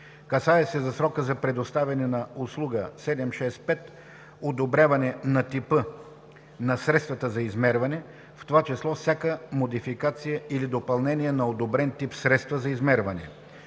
Касае се за срока за предоставяне на услуга „765 Одобряване на типа на средствата за измерване, в това число всяка модификация или допълнение на одобрен тип средства за измерване“,